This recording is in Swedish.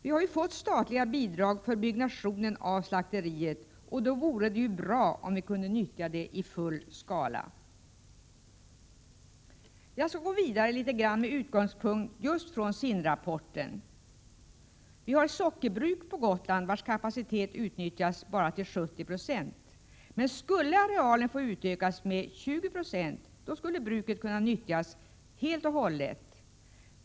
Vi har ju fått statliga bidrag för byggandet av slakteriet, och då vore det ju bra om vi kunde nyttja det i full skala. Jag skall gå vidare litet grand med utgångspunkt i just SIND-rapporten. Vi har ett sockerbruk på Gotland, vars kapacitet utnyttjas till bara 70 20. Om arealen skulle få utökas med 20 22, skulle bruket kunna nyttjas fullt ut.